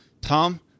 Tom